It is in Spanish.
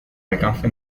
alcance